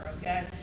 okay